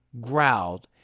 growled